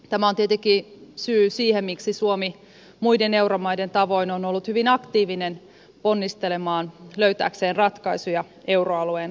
tämä on tietenkin syy siihen miksi suomi muiden euromaiden tavoin on ollut hyvin aktiivinen ponnistelemaan löytääkseen ratkaisuja euroalueen talouskriisiin